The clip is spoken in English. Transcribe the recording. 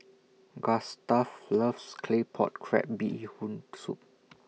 Gustav loves Claypot Crab Bee Hoon Soup